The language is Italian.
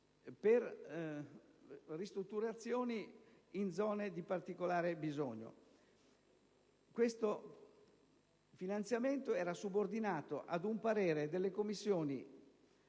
per ristrutturazioni in zone di particolare bisogno. Questo finanziamento era subordinato ad un parere delle Commissioni